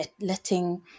letting